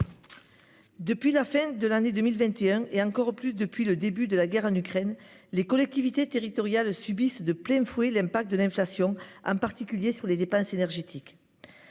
Depuis la fin de l'année 2021 et encore plus depuis le début de la guerre en Ukraine, les collectivités territoriales subissent de plein fouet l'impact de l'inflation, en particulier sur les dépenses énergétiques.